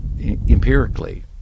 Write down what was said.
empirically